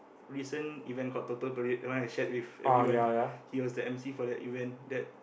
recent event called Purple-Parade the one I shared with everyone he was the emcee for that event that